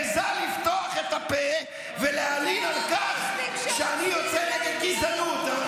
מעיזה לפתוח את הפה ולהעליל על כך שאני יוצא נגד גזענות.